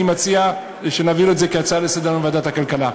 אני מציע שנעביר את זה כהצעה לסדר-היום בוועדת הכלכלה.